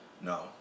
No